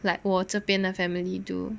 like 我这边的 family do